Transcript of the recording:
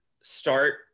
start